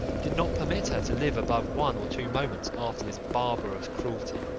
did not permit her to live above one or two moments after this barbarous cruelty